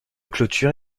clôture